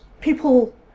people